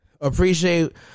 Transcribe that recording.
Appreciate